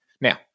Now